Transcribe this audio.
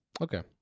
Okay